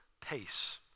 pace